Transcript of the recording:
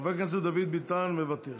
מוותר, חבר הכנסת דוד ביטן, מוותר,